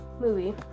movie